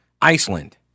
Iceland